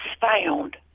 found